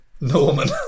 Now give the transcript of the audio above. Norman